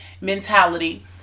mentality